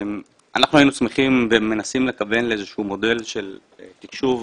אנחנו היינו שמחים ומנסים לכוון לאיזה שהוא מודל של תקשוב.